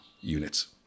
units